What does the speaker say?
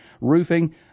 roofing